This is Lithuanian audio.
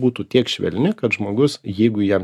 būtų tiek švelni kad žmogus jeigu jam